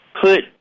put –